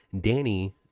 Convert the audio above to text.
Danny